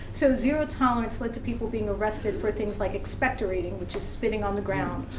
so, zero tolerance led to people being arrested for things like expectorating, which is spitting on the ground,